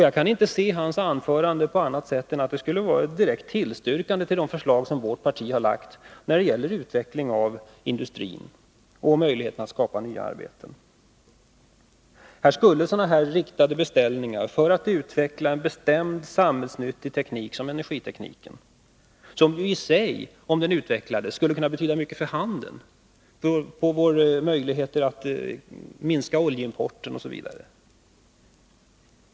Jag kan inte se hans anförande på annat sätt än som ett direkt tillstyrkande av de förslag som vårt parti har framlagt när det gäller utveckling av industrin och möjligheterna att skapa nya arbeten. Jag tänker på riktade beställningar för att utveckla en bestämd samhällsnyttig teknik som energitekniken, som om den utvecklades i sig skulle kunna betyda mycket för handeln, för våra möjligheter att minska oljeimporten osv.